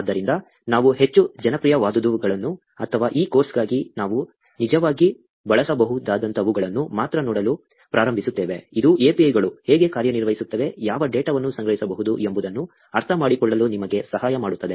ಆದ್ದರಿಂದ ನಾವು ಹೆಚ್ಚು ಜನಪ್ರಿಯವಾದವುಗಳನ್ನು ಅಥವಾ ಈ ಕೋರ್ಸ್ಗಾಗಿ ನಾವು ನಿಜವಾಗಿ ಬಳಸಬಹುದಾದಂತಹವುಗಳನ್ನು ಮಾತ್ರ ನೋಡಲು ಪ್ರಾರಂಭಿಸುತ್ತೇವೆ ಇದು API ಗಳು ಹೇಗೆ ಕಾರ್ಯನಿರ್ವಹಿಸುತ್ತವೆ ಯಾವ ಡೇಟಾವನ್ನು ಸಂಗ್ರಹಿಸಬಹುದು ಎಂಬುದನ್ನು ಅರ್ಥಮಾಡಿಕೊಳ್ಳಲು ನಿಮಗೆ ಸಹಾಯ ಮಾಡುತ್ತದೆ